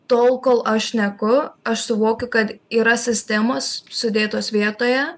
tol kol aš šneku aš suvokiu kad yra sistemos sudėtos vietoje